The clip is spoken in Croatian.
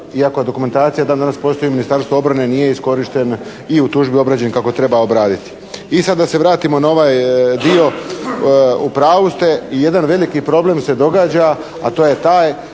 iako dokumentacija dan danas postoji Ministarstvo obrane nije iskorišten i u tužbi obrađen kako treba obraditi. I sad da se vratimo na ovaj dio. U pravu ste i jedan veliki problem se događa, a to je taj